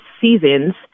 seasons